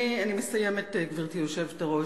אני מסיימת, גברתי היושבת-ראש.